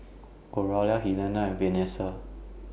Oralia Helena and Venessa